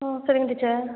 ம் சரிங்க டீச்சர்